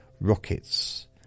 rockets